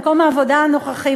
במקום העבודה הנוכחי.